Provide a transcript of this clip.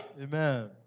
Amen